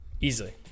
Easily